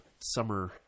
summer